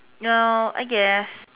you know I guess